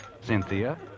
Cynthia